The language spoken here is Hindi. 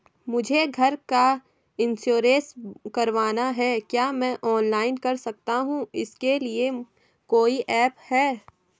मुझे घर का इन्श्योरेंस करवाना है क्या मैं ऑनलाइन कर सकता हूँ इसके लिए कोई ऐप है?